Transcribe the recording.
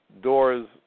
doors